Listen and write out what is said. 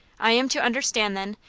i am to understand, then,